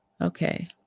Okay